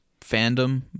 fandom